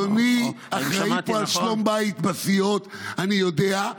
אדוני אחראי פה לשלום בית בסיעות, אני יודע.